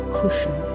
cushion